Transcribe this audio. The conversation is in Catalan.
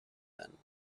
tant